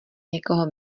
někoho